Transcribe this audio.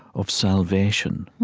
of salvation,